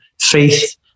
faith